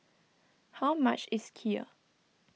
how much is Kheer